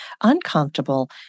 uncomfortable